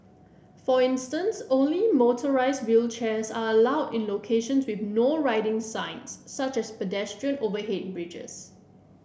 for instance only motorised wheelchairs are allowed in locations with No Riding signs such as pedestrian overhead bridges